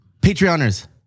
Patreoners